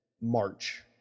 march